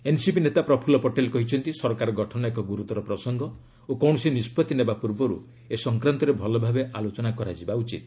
NCP ନେତା ପ୍ରଫୁଲ୍ଲ ପଟେଲ୍ କହିଛନ୍ତି ସରକାର ଗଠନ ଏକ ଗୁରୁତର ପ୍ରସଙ୍ଗ ଓ କୌଣସି ନିଷ୍ପଭି ନେବା ପୂର୍ବରୁ ଏ ସଂକ୍ରାନ୍ତରେ ଭଲଭାବେ ଆଲୋଚନା କରାଯିବା ଉଚିତ